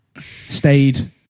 stayed